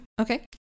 Okay